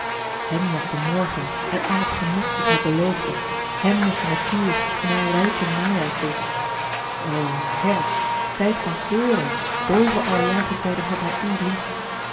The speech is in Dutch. hem was de morgen en al het genot dat hij beloofde hem was de natuur in haar rijken najaarsdos o herfst tijd van kleuren boven alle jaargetijden had hij u lief